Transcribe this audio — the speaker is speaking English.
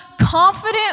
confident